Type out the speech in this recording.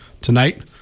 tonight